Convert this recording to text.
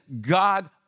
God